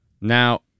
Now